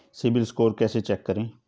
CIBIL score कैसे चेक करें?